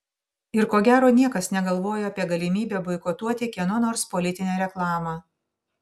ir ko gero niekas negalvojo apie galimybę boikotuoti kieno nors politinę reklamą